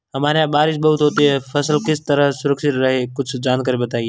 हमारे यहाँ बारिश बहुत होती है फसल किस तरह सुरक्षित रहे कुछ जानकारी बताएं?